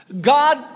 God